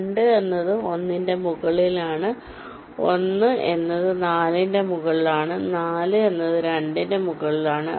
2 എന്നത് 1 ന്റെ മുകളിലാണ് 1 എന്നത് 4 ന്റെ മുകളിലാണ് 4 എന്നത് 2 ന്റെ മുകളിലാണ്